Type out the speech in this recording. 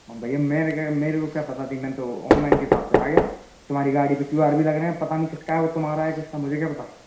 हाँ भैया मेरे के मेरे को क्या पता थी मैं तो अनलाइन के हिसाब से आ गया तुम्हारी गाड़ी पर क्यू आर भी लग रहे हैं पता नहीं किसका है वह तुम्हारा है किसका मुझे क्या पता